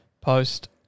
post